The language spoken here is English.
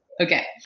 Okay